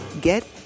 Get